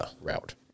route